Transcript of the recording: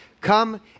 come